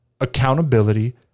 accountability